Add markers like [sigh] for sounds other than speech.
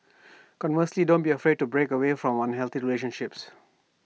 [noise] conversely don't be afraid to break away from unhealthy relationships